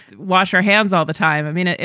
wash your hands all the time. i mean, ah